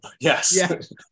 Yes